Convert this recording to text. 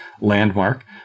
landmark